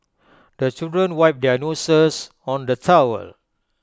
the children wipe their noses on the towel